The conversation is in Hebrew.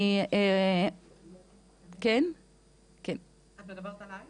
את מדברת עליי?